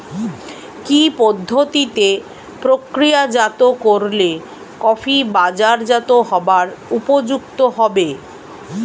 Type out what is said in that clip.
কি পদ্ধতিতে প্রক্রিয়াজাত করলে কফি বাজারজাত হবার উপযুক্ত হবে?